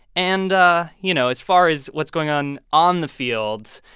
and you know, as far as what's going on on the field,